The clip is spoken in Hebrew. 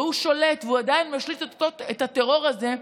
הוא שולט והוא עדיין משליט את הטרור הזה.